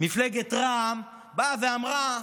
מפלגת רע"מ באה ואמרה: